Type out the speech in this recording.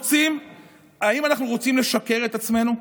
האם אנחנו רוצים לשקר לעצמנו?